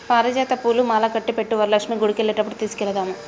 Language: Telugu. పారిజాత పూలు మాలకట్టి పెట్టు వరలక్ష్మి గుడికెళ్లేటప్పుడు తీసుకెళదాము